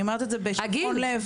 אני אומרת את זה בשיברון לב.